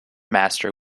master